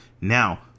Now